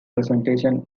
presentation